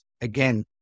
again